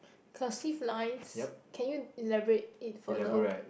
cursive lines can you elaborate it further